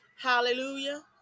Hallelujah